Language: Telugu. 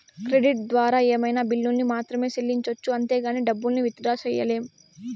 క్రెడిట్ ద్వారా ఏమైనా బిల్లుల్ని మాత్రమే సెల్లించొచ్చు అంతేగానీ డబ్బుల్ని విత్ డ్రా సెయ్యలేం